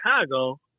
Chicago